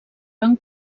van